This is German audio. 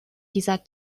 dieser